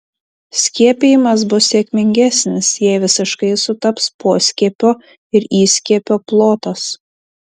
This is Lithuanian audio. skiepijimas bus sėkmingesnis jei visiškai sutaps poskiepio ir įskiepio plotas